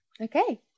Okay